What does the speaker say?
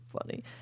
funny